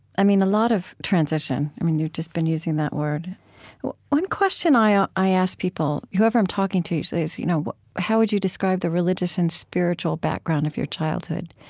i mean a lot of transition. i mean you've just been using that word one question i ah i ask people whoever i'm talking to, usually is, you know how would you describe the religious and spiritual background of your childhood?